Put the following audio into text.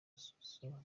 zouzou